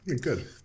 Good